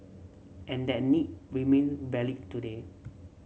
and that need remain valid today